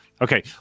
Okay